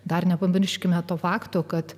dar nepamirškime to fakto kad